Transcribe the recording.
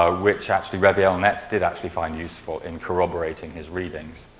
ah which actually reviel netz did actually find use for in corroborating his readings.